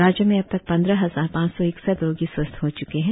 राज्य में अब तक पंद्रह हजार पांच सौ इकसठ रोगी स्वस्थ हो च्के हैं